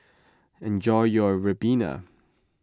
enjoy your Ribena